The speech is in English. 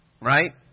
right